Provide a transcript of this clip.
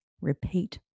repeat